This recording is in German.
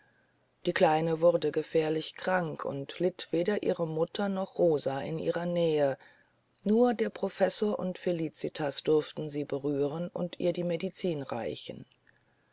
die kleine wurde gefährlich krank und litt weder ihre mutter noch rosa in ihrer nähe nur der professor und felicitas durften sie berühren und ihr die medizin reichen